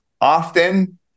often